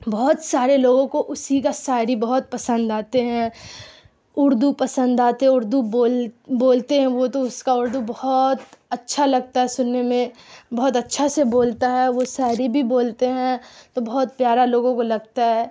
بہت سارے لوگوں کو اسی کا شاعری بہت پسند آتے ہیں اردو پسند آتے اردو بول بولتے ہیں وہ تو اس کا اردو بہت اچھا لگتا ہے سننے میں بہت اچھا سے بولتا ہے وہ شاعری بھی بولتے ہیں تو بہت پیارا لوگوں کو لگتا ہے